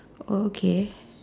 okay